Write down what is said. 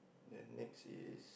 then next is